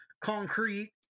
concrete